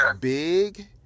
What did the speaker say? big